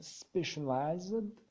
specialized